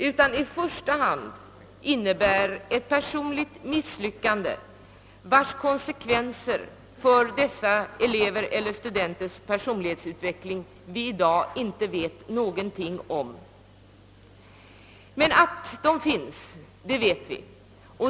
Jag tror att det väsentligaste är de personliga misslyckanden, vilkas konsekvenser för dessa elevers personlighetsutveckling vi i dag inte vet någonting om. Men vi vet att sådana konsekvenser finns.